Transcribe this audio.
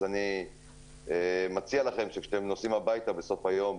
אז אני מציע לכם שכשאתם נוסעים הביתה בסוף היום,